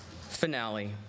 finale